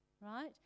right